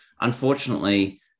Unfortunately